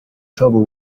trouble